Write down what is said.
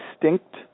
distinct